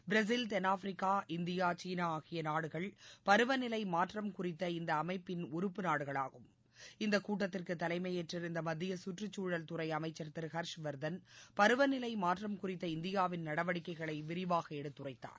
Brazil தென்னாப்பிரிக்கா India சீனா ஆகிய நாடுகள் பருவநிலை மாற்றம் குறித்த இந்த அமைப்பின் உறுப்பு நாடுகள் ஆகும் இந்த கூட்டத்திற்கு தலைமையேற்றிருந்த மத்திய கற்றுச்சூழல்துறை அமைச்சர் திரு ஹர்ஷ்வர்தள் பருவநிலை மாற்றம் குறித்த இந்தியாவின் நடவடிக்கைகளை விரிவாக எடுத்துரைத்தார்